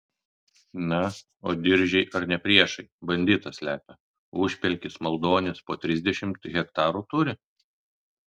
na o diržiai ar ne priešai banditą slepia užpelkis maldonis po trisdešimt hektarų turi